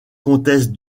comtesse